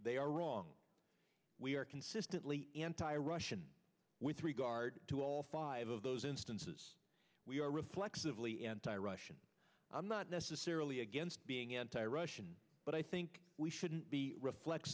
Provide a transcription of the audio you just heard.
they are wrong we are consistently anti russian with regard to all five of those instances we are reflexive li anti russian i'm not necessarily against being anti russian but i think we shouldn't be refle